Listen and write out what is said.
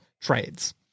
trades